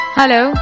Hello